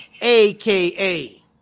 AKA